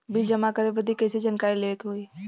Bill जमा करे बदी कैसे जानकारी लेवे के होई?